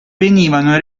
venivano